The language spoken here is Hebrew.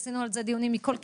עשינו על זה דיונים מכל כיוון,